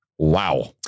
Wow